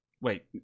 wait